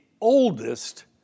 oldest